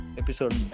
episode